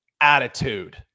attitude